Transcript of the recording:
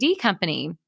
company